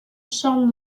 charles